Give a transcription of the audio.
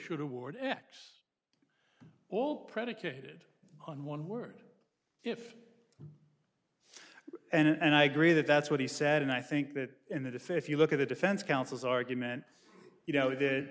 should award x all predicated on one word if and i agree that that's what he said and i think that in that if if you look at the defense counsel's argument you know th